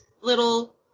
little